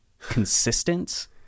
consistent